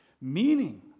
meaning